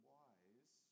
wise